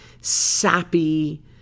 sappy